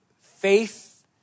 faith